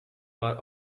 our